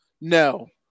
No